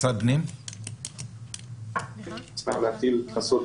משרד הפנים רוצה להגיב?